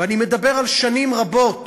ואני מדבר על שנים רבות